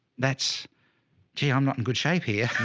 that's g i'm not in good shape here.